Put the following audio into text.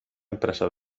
empresas